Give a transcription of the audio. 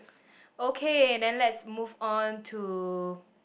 okay then let's move on to